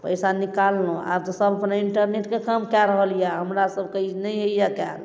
पैसा निकाललहुँ आब तऽ सभ अपने इंटरनेटके काम कए रहल यए हमरा सभके ई नहि होइए कयल